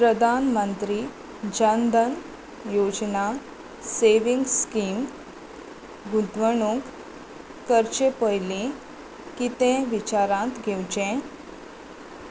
प्रधानमंत्री जन धन योजना savings scheme गुंतवणूक करचे पयलीं कितें विचारांत घेवचें